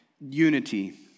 unity